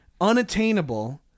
unattainable